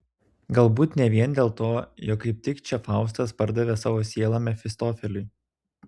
galbūt ne vien dėl to jog kaip tik čia faustas pardavė savo sielą mefistofeliui